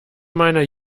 meiner